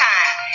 Time